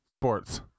Sports